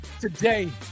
today